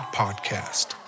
podcast